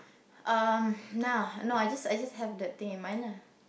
um now no I just I just have that thing in mind lah